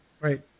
right